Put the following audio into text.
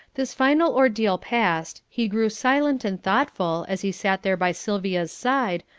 this final ordeal past, he grew silent and thoughtful, as he sat there by sylvia's side,